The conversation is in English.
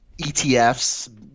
etfs